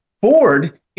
Ford